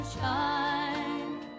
shine